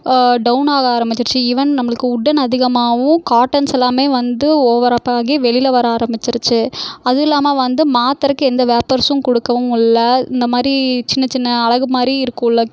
down ஆக ஆரமிச்சுருச்சு even நமக்கு உட்டன் அதிகமாகவும் காடன்ஸ் எல்லாமே வந்து ஓவரப்பாகி வெளியில வர ஆரமிச்சுருச்சு அதுவும் இல்லாமல் வந்து மாற்றுறதுக்கு எந்த வேப்பர்சும் கொடுக்கவும் இல்லை இந்த மாதிரி சின்ன சின்ன அழகு மாதிரி இருக்கும்ல